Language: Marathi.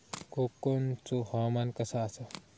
कोकनचो हवामान कसा आसा?